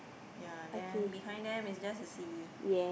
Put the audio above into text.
yea then behind the is just the sea